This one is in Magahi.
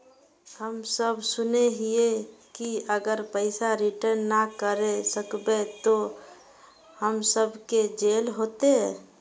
हम सब सुनैय हिये की अगर पैसा रिटर्न ना करे सकबे तो हम सब के जेल होते?